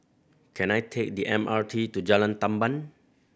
can I take the M R T to Jalan Tamban